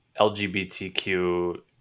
LGBTQ